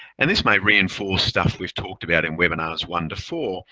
and this may reinforce stuff we've talked about in webinars one to four